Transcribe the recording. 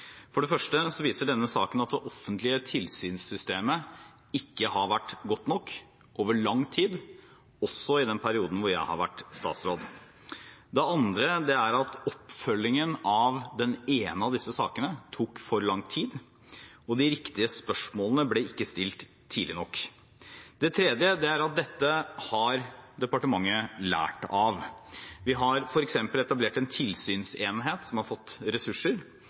For det første viser denne saken at det offentlige tilsynssystemet ikke har vært godt nok over lang tid, også i den perioden jeg har vært statsråd. Det andre er at oppfølgingen av den ene av disse sakene tok for lang tid, og de riktige spørsmålene ble ikke stilt tidlig nok. Det tredje er at dette har departementet lært av. Vi har f.eks. etablert en tilsynsenhet som har fått ressurser.